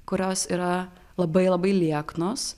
kurios yra labai labai lieknos